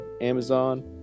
Amazon